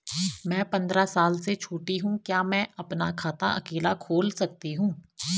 मैं पंद्रह साल से छोटी हूँ क्या मैं अपना खाता अकेला खोल सकती हूँ?